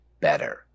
better